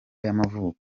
y’amavuko